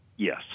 Yes